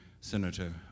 Senator